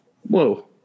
Whoa